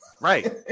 Right